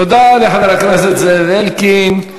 תודה לחבר הכנסת זאב אלקין.